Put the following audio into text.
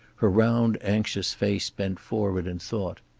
her round anxious face bent forward in thought.